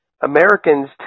Americans